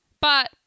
but-